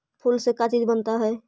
फूल से का चीज बनता है?